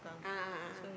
a'ah a'ah